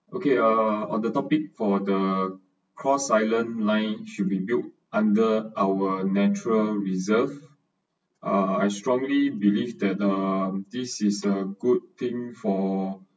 okay err on the topic for the cross island line should be built under our natural reserved err I strongly believed that err this is a good thing for